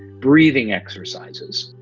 breathing exercises.